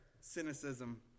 cynicism